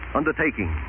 undertaking